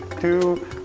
two